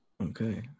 Okay